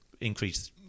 increase